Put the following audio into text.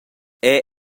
era